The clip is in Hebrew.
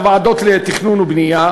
בוועדות לתכנון ובנייה,